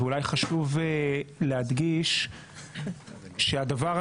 ואולי חשוב להדגיש שהדבר הנכון